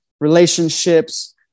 relationships